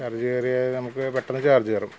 charge കയറിയാൽ നമുക്ക് പെട്ടെന്ന് ചാര്ജ് കയറും